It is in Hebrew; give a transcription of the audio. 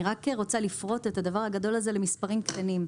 אני רק רוצה לפרוט את הדבר הגדול הזה למספרים קטנים.